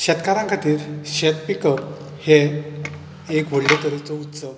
शेतकारां खातीर शेत पिकप हें एक व्हडले तरेचो उत्सव